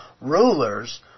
rulers